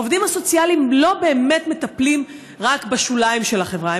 העובדים הסוציאליים לא באמת מטפלים רק בשוליים של החברה.